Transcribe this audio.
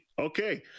Okay